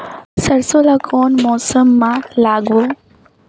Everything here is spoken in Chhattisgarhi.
सरसो ला कोन मौसम मा लागबो?